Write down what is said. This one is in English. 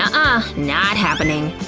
um ah not happening.